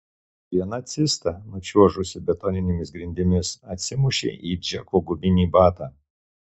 viena cista nučiuožusi betoninėmis grindimis atsimušė į džeko guminį batą